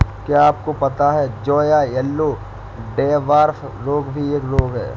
क्या आपको पता है जौ का येल्लो डवार्फ रोग भी एक रोग है?